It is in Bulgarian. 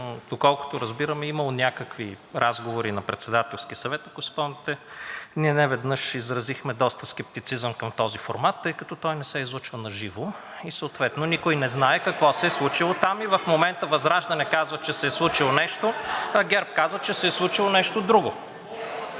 доколкото разбирам, че е имало някакви разговори на Председателския съвет, ако си спомняте. Ние неведнъж изразихме доста скептицизъм към този формат, тъй като той не се излъчва на живо и съответно никой не знае какво се е случило там (шум и реплики) и в момента ВЪЗРАЖДАНЕ казва, че се е случило нещо, а ГЕРБ казва, че се е случило нещо друго.